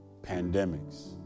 pandemics